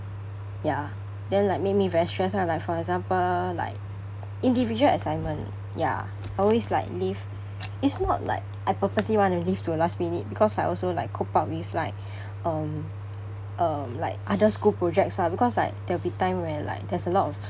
ya then like make me very stress lah like for example like individual assignment ya always like leave it's not like I purposely want to leave to the last minute because I also like coop up with like um um like other school projects lah because like there'll be time when like there's a lot of